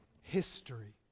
history